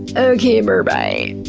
okay, berbye.